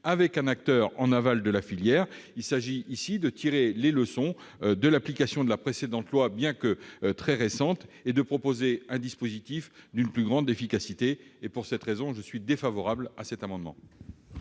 avec un acteur en aval de la filière. Il s'agit de tirer les leçons de l'application de la précédente loi, bien qu'elle soit très récente, et de proposer un dispositif d'une plus grande efficacité. Pour cette raison, je suis défavorable à cet amendement.